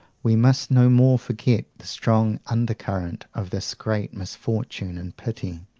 we must no more forget the strong undercurrent of this great misfortune and pity,